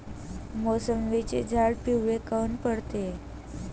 मोसंबीचे झाडं पिवळे काऊन पडते?